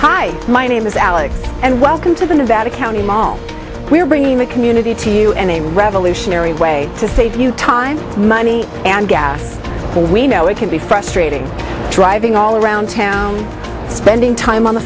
hi my name is alex and welcome to the nevada county mall we're bringing the community to you and a revolutionary way to save you time money and gas so we know it can be frustrating driving all around town spending time on the